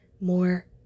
more